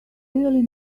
really